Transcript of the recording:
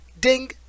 ding